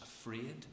afraid